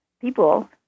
people